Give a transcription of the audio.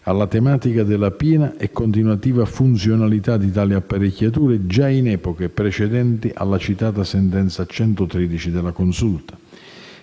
alla tematica della piena e continuativa funzionalità di tali apparecchiature, già in epoche precedenti la citata sentenza n. 113 della Consulta.